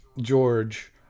George